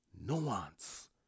Nuance